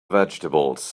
vegetables